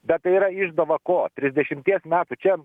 bet tai yra išgama ko trisdešimties metų čia